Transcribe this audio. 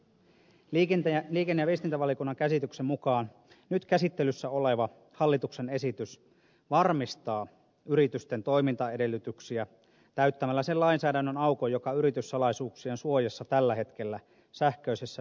liikenne ja viestintävaliokunnan käsityksen mukaan nyt käsittelyssä oleva hallituksen esitys varmistaa yritysten toimintaedellytyksiä täyttämällä sen lainsäädännön aukon joka yrityssalaisuuksien suojassa tällä hetkellä sähköisessä viestintäympäristössä on